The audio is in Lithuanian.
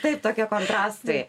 tai tokie kontrastai